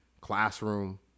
classroom